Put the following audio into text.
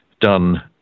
done